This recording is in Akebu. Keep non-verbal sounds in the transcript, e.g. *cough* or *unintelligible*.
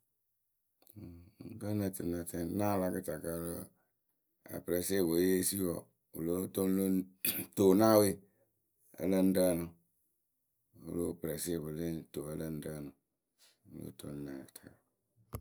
*hesitation* kǝ́ ŋ nǝ tɨ ŋ na tɛŋ rɨ a presse wɨ sǝǝ vɔ wɨ lóo tɨ lǝ yɨ ŋ *noise* to naawe.,Ǝ lǝ ŋ rǝǝnɨ presse wɨ sǝǝ lǝ ŋ to ǝ lǝ ŋ rǝǝnɨ. *unintelligible*